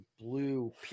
blue